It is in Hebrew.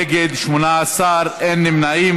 נגד 18, אין נמנעים.